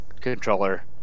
controller